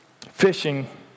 fishing